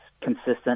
consistent